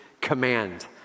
command